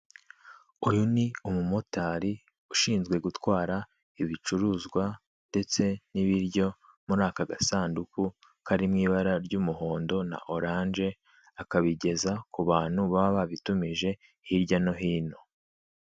Uyu ni umumotari, ushinzwe gutwara ibicuruzwa ndetse n'ibiryo muri aka gasanduku kari mu ibara ry'umuhondo na oranje; akabigeza kubantu baba babitumije hirya no hino.